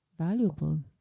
valuable